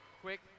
quick